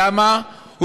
למה?